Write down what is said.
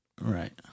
Right